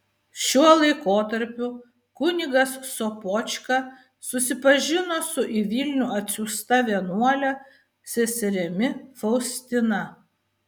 šiuo laikotarpiu kunigas sopočka susipažino su į vilnių atsiųsta vienuole seserimi faustina